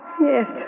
Yes